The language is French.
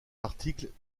articles